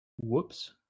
Whoops